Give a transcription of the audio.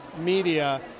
media